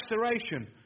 restoration